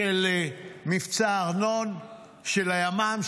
מבצע ארנון של הימ"מ,